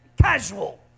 casual